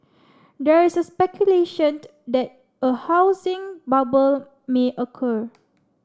there is speculation that a housing bubble may occur